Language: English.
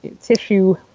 tissue